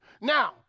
Now